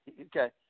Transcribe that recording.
Okay